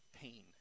pain